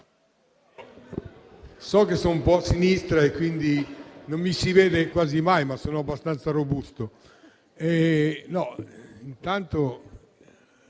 so che sono un po' a sinistra e quindi non mi si vede quasi mai, ma sono abbastanza robusto.